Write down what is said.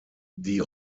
die